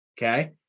Okay